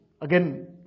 again